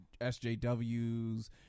SJWs